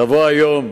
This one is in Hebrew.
לבוא היום,